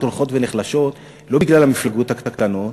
הולכות ונחלשות לא בגלל המפלגות הקטנות,